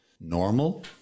normal